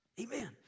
Amen